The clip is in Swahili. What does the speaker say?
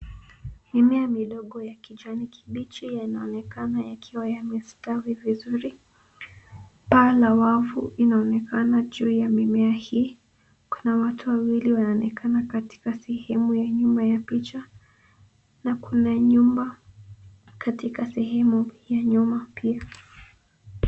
Mimea midogo ya kijani kibichi inaonekana ikiwa imestawi vizuri. Paa la wavu linaonekana juu ya mimea hii. Kuna watu wawilii wanaonekana katika sehemu ya nyuma ya picha na kuna nyumba katika sehemu ya nyuma pia.